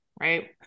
Right